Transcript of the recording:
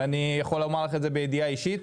ואני יכול לומר לך את זה בידיעה אישית,